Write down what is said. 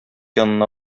янына